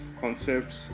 concepts